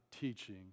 teaching